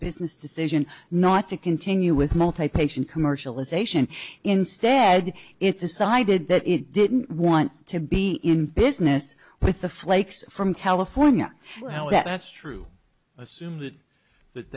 business decision not to continue with multi patient commercialization instead it decided that it didn't want to be in business with the flakes from california that's true assume that th